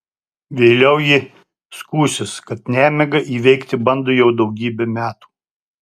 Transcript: vėliau ji skųsis kad nemigą įveikti bando jau daugybę metų